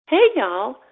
hey, y'all.